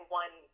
one